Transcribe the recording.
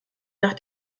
nach